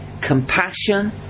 compassion